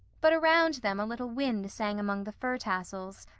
but around them a little wind sang among the fir tassels,